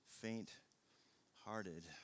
faint-hearted